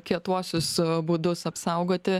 kietuosius būdus apsaugoti